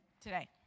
Today